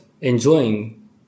enjoying